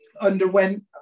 underwent